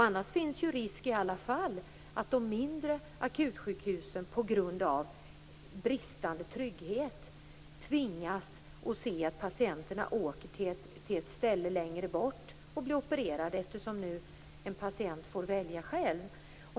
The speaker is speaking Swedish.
Annars finns ju risk att de mindre akutsjukhusen på grund av bristande trygghet tvingas se att patienterna i alla fall åker till ett ställe längre bort och blir opererade, eftersom en patient nu får välja själv.